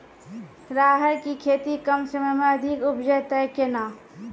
राहर की खेती कम समय मे अधिक उपजे तय केना?